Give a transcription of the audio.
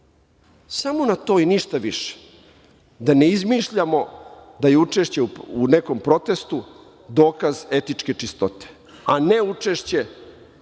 Samo na to i ništa više, da ne izmišljamo da je učešće u nekom protestu dokaz etičke čistote, a neučešće